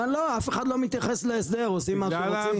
לא, אף אחד לא מתייחס להסדר, עושים מה שהם רוצים.